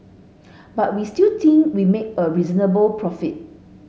but we still think we made a reasonable profit